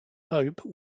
pope